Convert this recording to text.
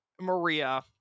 Maria